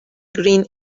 green